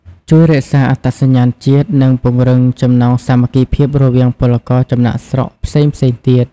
ជួយរក្សាអត្តសញ្ញាណជាតិ និងពង្រឹងចំណងសាមគ្គីភាពរវាងពលករចំណាកស្រុកផ្សេងៗទៀត ។